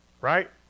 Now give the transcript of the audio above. right